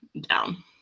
down